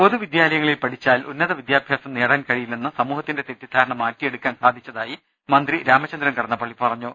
പൊതു വിദ്യാലയങ്ങളിൽ പഠിച്ചാൽ ഉന്നത വിദ്യാഭ്യാസം നേടാൻ കഴിയില്ലെന്ന സമൂഹത്തിന്റെ തെറ്റിദ്ധാരണ മാറ്റിയെടുക്കാൻ സാധി ച്ച തായി രാമ ച ന്ദ്രൻ പ മന്തി െ കട ന്ന പ്പള്ളി പറഞ്ഞു